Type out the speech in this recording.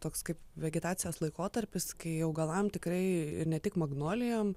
toks kaip vegetacijos laikotarpis kai augalam tikrai ne tik magnolijom